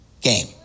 game